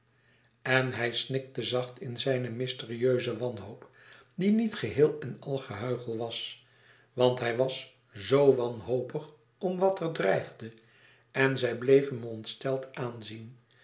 en hij snikte zacht in zijne mysterieuze wanhoop die niet geheel en al gehuichel was want hij was zoo wanhopig om wat er dreigde en zij bleef hem ontsteld aanzien